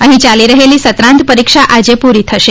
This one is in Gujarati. અહી ચાલી રહેલી સત્રાંત પરિક્ષા આજે પૂરી થશે